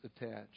attached